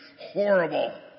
horrible